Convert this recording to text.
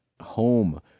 home